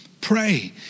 pray